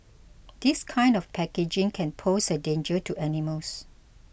this kind of packaging can pose a danger to animals